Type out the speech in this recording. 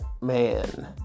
man